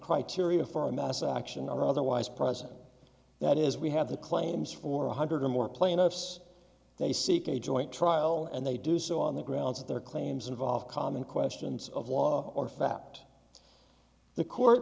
criteria for a mass action or otherwise present that is we have the claims for one hundred or more plaintiffs they seek a joint trial and they do so on the grounds that their claims involve common questions of law or fact the court